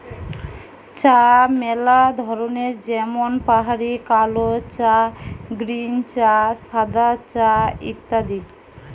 চা ম্যালা ধরনের যেমন পাহাড়ি কালো চা, গ্রীন চা, সাদা চা ইত্যাদি